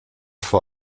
vor